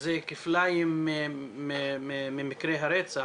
זה כפליים ממקרי הרצח,